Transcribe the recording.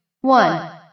one